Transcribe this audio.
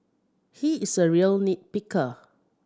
he is a real nit picker